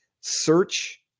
search